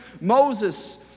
Moses